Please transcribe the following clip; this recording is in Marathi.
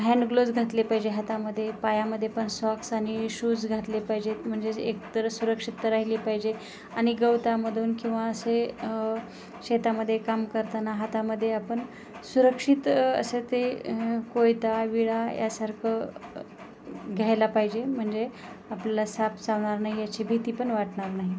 हँनग्लोज घातले पाहिजे हातामध्ये पायामध्ये पण सॉक्स आणि शूज घातले पाहिजेत म्हणजेच एकतर सुरक्षिता राहिली पाहिजे आणि गवतामधून किंवा असे शेतामध्ये काम करताना हातामध्ये आपण सुरक्षित असे ते कोयता विळा यासारखं घ्यायला पाहिजे म्हणजे आपल्याला साप चावणार नाही याची भीती पण वाटणार नाही